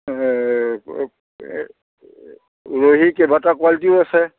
উৰহী কেইবাটা কোৱালিটিও আছে